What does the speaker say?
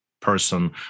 person